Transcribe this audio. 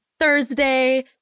Thursday